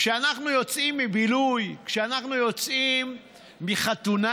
כשאנחנו יוצאים מבילוי, כשאנחנו יוצאים מחתונה,